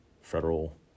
federal